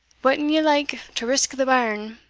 but an ye like to risk the bairn,